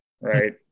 Right